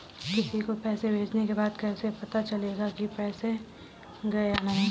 किसी को पैसे भेजने के बाद कैसे पता चलेगा कि पैसे गए या नहीं?